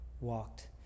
walked